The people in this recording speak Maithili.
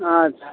अच्छा